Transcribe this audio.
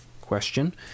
Question